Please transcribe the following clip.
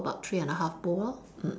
so about three and a half bowl lor mm